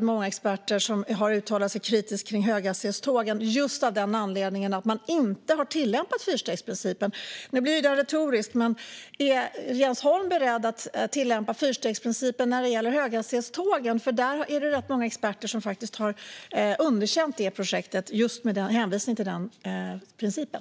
Många experter har också uttalat sig kritiskt vad gäller höghastighetstågen, just på grund av att man inte har tillämpat fyrstegsprincipen. Eftersom Jens Holm inte har fler repliker kvar blir det här en retorisk fråga: Är Jens Holm beredd att tillämpa fyrstegsprincipen när det gäller höghastighetstågen? Det är nämligen ganska många experter som har underkänt det projektet just med hänvisning till den principen.